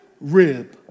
rib